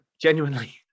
genuinely